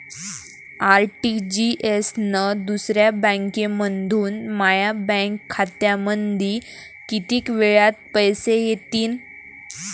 RTGS न दुसऱ्या बँकेमंधून माया बँक खात्यामंधी कितीक वेळातं पैसे येतीनं?